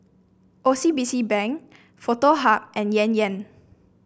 O C B C Bank Foto Hub and Yan Yan